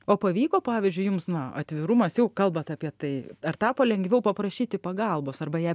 o pavyko pavyzdžiui jums na atvirumas jau kalbat apie tai ar tapo lengviau paprašyti pagalbos arba ją